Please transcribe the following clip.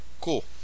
Cool